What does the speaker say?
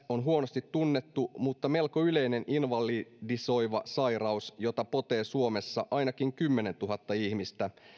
on huonosti tunnettu mutta melko yleinen invalidisoiva sairaus jota potee suomessa ainakin kymmenentuhatta ihmistä